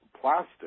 plastic